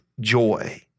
joy